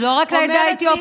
אומרת לי,